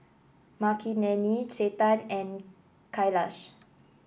Makineni Chetan and Kailash